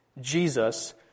Jesus